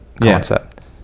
concept